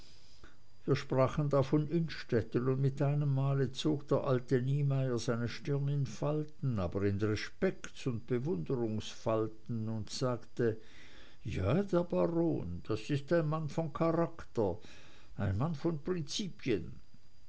wir sprachen da von innstetten und mit einem male zog der alte niemeyer seine stirn in falten aber in respekts und bewunderungsfalten und sagte ja der baron das ist ein mann von charakter ein mann von prinzipien